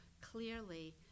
clearly